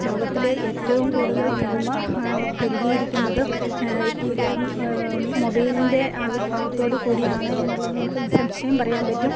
ലോകത്തില് ഏറ്റവും കൂടുതൽ തിന്മ പെരുകിയിരിക്കുന്നതും ഈ മൊബൈലിൻ്റെ ആവിർഭാവത്തോടുകൂടിയാണ് എന്നുള്ളത് നമുക്ക് നിസ്സംശയം പറയാൻ പറ്റും